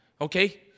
Okay